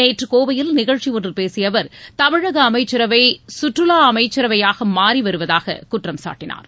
நேற்று கோவையில் நிகழ்ச்சியொன்றில் பேசிய அவர் தமிழக அமைச்சரவை சுற்றுவா அமைச்சரவையாக மாறி வருவதாக குற்றம் சாட்டினார்